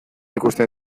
ikusten